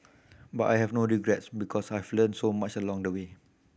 but I have no regrets because I've learnt so much along the way